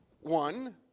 one